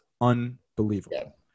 unbelievable